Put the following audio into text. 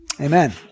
amen